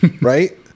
Right